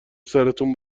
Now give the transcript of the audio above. سرتون